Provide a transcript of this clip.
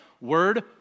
Word